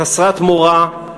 חסרת מורא,